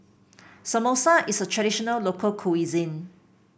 samosa is a traditional local cuisine